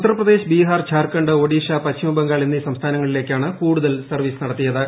ഉത്തർപ്രദേശ് ട്രൂ ബീഹാർ ഝാർഖണ്ഡ് ഒഡീഷ പശ്ചിമബംഗാൾ എന്നീട്ട് സംസ്ഥാനങ്ങളിലേയ്ക്കാണ് കൂടുതൽ സർവ്വീസ് നടത്തിയത്